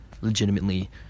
legitimately